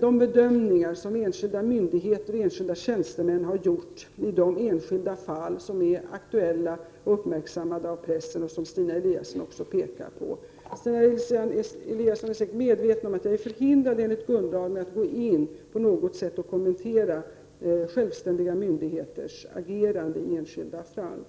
de bedömningar som enskilda myndigheter och tjänstemän har gjort i de enskilda fall som är aktuella och uppmärksammade av pressen och som Stina Eliasson också pekar på. Stina Eliasson är säkert medveten om att jag enligt grundlagen är förhindrad att på något sätt gå in och kommentera självständiga myndigheters agerande i enskilda fall.